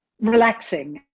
relaxing